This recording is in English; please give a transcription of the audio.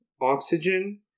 oxygen